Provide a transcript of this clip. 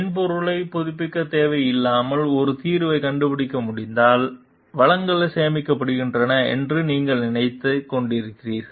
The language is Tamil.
மென்பொருளைப் புதுப்பிக்கத் தேவையில்லாமல் ஒரு தீர்வைக் கண்டுபிடிக்க முடிந்தால் வளங்கள் சேமிக்கப்படுகின்றன என்று நீங்கள் நினைத்துக் கொண்டிருக்கிறீர்கள்